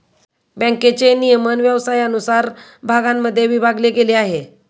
बँकेचे नियमन व्यवसायानुसार भागांमध्ये विभागले गेले आहे